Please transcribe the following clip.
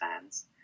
fans